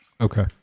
okay